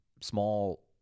small